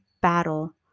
battle